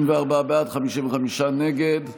64 בעד, 55 נגד,